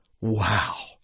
Wow